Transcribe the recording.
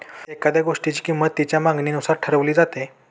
एखाद्या गोष्टीची किंमत तिच्या मागणीनुसार ठरवली जाते